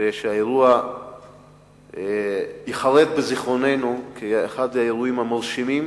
ושהאירוע ייחרת בזיכרוננו כאחד האירועים המרשימים